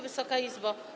Wysoka Izbo!